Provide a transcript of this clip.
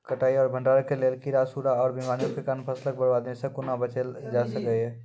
कटाई आर भंडारण के लेल कीड़ा, सूड़ा आर बीमारियों के कारण फसलक बर्बादी सॅ कूना बचेल जाय सकै ये?